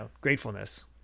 gratefulness